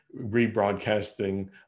rebroadcasting